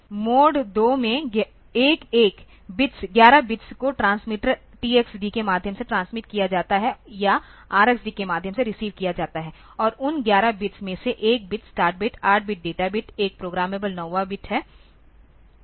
mode 2 में 11 bits को transmitter TXD के माध्यम से ट्रांसमिट किया जाता है या R x D के माध्यम से रिसीव किया जाता है और उन 11 बिट्स में से एक bit start bit 8 bit data bit एक प्रोग्रामेबल नौवा बिट है